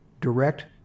direct